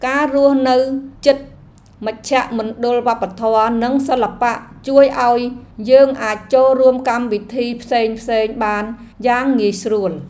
ការរស់នៅជិតមជ្ឈមណ្ឌលវប្បធម៌និងសិល្បៈជួយឱ្យយើងអាចចូលរួមកម្មវិធីផ្សេងៗបានយ៉ាងងាយស្រួល។